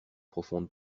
profonde